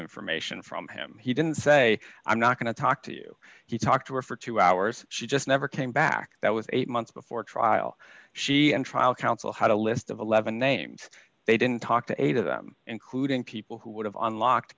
information from him he didn't say i'm not going to talk to you he talked to her for two hours she just never came back that was eight months before trial she and trial counsel had a list of eleven names they didn't talk to eight of them including people who would have unlocked